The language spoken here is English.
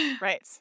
right